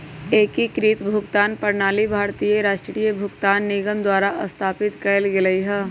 एकीकृत भुगतान प्रणाली भारतीय राष्ट्रीय भुगतान निगम द्वारा स्थापित कएल गेलइ ह